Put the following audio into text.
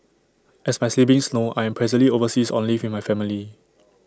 as my siblings know I am presently overseas on leave with my family